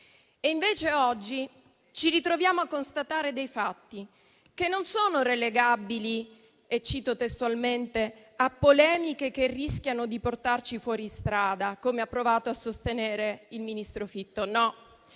del Sud. Oggi ci ritroviamo invece a constatare dei fatti che non sono relegabili - cito testualmente - a polemiche che rischiano di portarci fuori strada, come ha provato a sostenere il ministro Fitto. No: